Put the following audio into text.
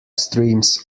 streams